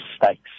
mistakes